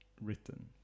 written